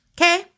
Okay